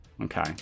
Okay